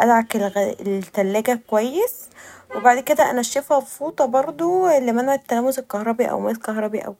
ادعك التلاجه كويس و بعد كدا أنشفها بفوطه برضو لمنع التلامس الكهربائي او ماس كهربي او كدا.